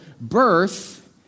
birth